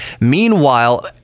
Meanwhile